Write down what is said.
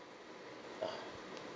uh